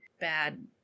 bad